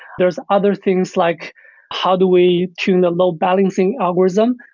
there is other things like how do we tune a load balancing algorithm,